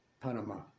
Panama